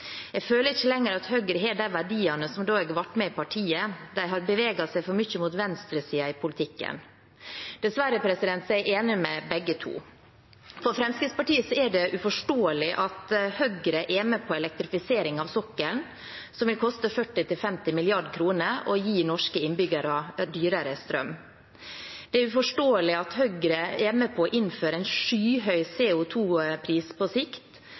føler ikkje lenger at Høgre har dei verdiane som då eg vart med i partiet. Dei har bevega seg for mykje mot venstresida.» Dessverre er jeg enig med begge to. For Fremskrittspartiet er det uforståelig at Høyre er med på elektrifisering av sokkelen, som vil koste 40–50 mrd. kr og gi norske innbyggere dyrere strøm. Det er uforståelig at Høyre er med på å innføre en skyhøy CO 2 -pris på sikt,